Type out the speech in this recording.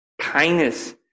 kindness